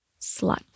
Slut